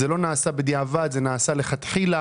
זה לא נעשה בדיעבד אלא מלכתחילה.